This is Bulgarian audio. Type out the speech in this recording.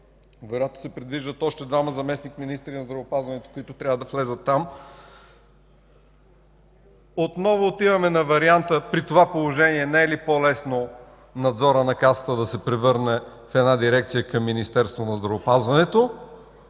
вероятно се предвиждат още двама заместник-министри на здравеопазването, които трябва да влязат там? Отново отиваме на варианта: при това положение не е ли по-лесно Надзорът на Касата да се превърне в една дирекция към Министерството на здравеопазването?